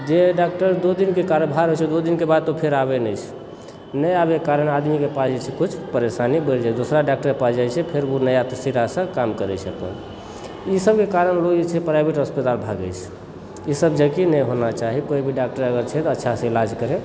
जे डॉक्टरके दू दिनके कार्यभार होइत छै दू दिनके बाद तऽ फेर आबय नहि छै नहि आबयके कारण आदमीके पास जे छै से कुछ परेशानी बढ़ि जाइ छै दोसरा डॉक्टर पास जाइत छै फेर ओ नया तरीकासँ काम करय छै अपन ईसभकेँ कारण लोग जे छै प्राइवेट अस्पताल भागय छै ईसभ जेकि नहि होना चाही कोई भी अगर डाक्टर छै तऽ अच्छा से इलाज करय